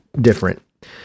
different